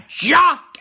Jock